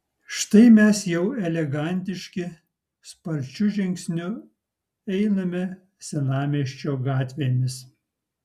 štai mes jau elegantiški sparčiu žingsniu einame senamiesčio gatvėmis